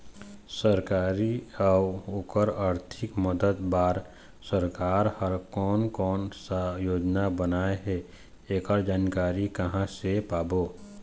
सरकारी अउ ओकर आरथिक मदद बार सरकार हा कोन कौन सा योजना बनाए हे ऐकर जानकारी कहां से पाबो?